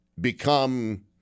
become